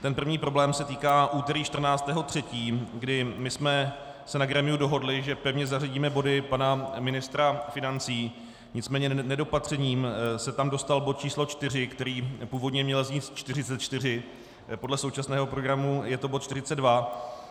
Ten první problém se týká úterý 14. 3., kdy jsme se na grémiu dohodli, že pevně zařadíme body pana ministra financí, nicméně nedopatřením se tam dostal bod číslo 4, který původně měl znít 44, podle současného programu je to 42.